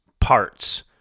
parts